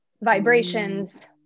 vibrations